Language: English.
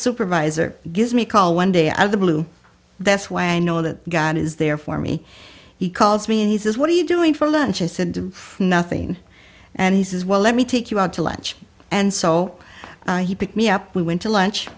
supervisor gives me a call one day out of the blue that's why i know that god is there for me he calls me and he says what are you doing for lunch i said nothing and he says well let me take you out to lunch and so he picked me up we went to lunch